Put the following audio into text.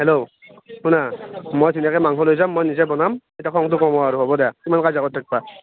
hello শুনা মই ধুনীয়াকৈ মাংস লৈ যাম মই নিজে বনাম এতিয়া খংটো কমোৱা আৰু হ'ব দে কিমান কাজিয়া কৰি থাকবা